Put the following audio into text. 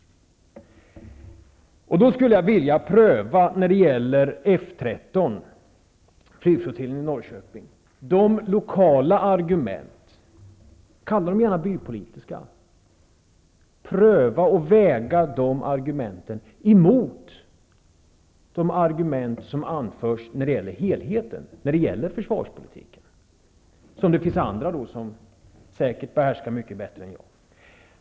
När det gäller F 13, flygflottiljen i Norrköping, skulle jag vilja pröva och väga de lokala argumenten -- kalla dem gärna bypolitiska -- emot de argument som anförs när det gäller helheten i försvarspolitiken, eftersom det säkert finns andra som behärskar det här mycket bättre än jag.